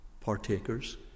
partakers